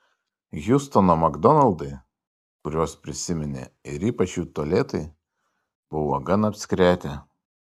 hjustono makdonaldai kuriuos prisiminė ir ypač jų tualetai buvo gan apskretę